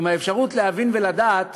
עם האפשרות להבין ולדעת